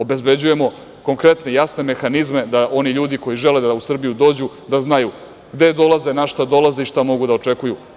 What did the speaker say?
Obezbeđujemo konkretne i jasne mehanizme da oni ljudi koji žele da u Srbiju dođu da znaju gde dolaze, na šta dolaze i šta mogu da očekuju.